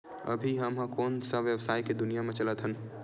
अभी हम ह कोन सा व्यवसाय के दुनिया म चलत हन?